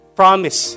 promise